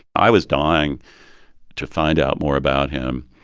i was dying to find out more about him,